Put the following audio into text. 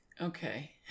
Okay